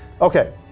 okay